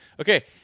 Okay